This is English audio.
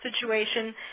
situation